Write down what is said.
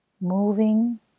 moving